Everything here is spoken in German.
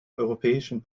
europäischen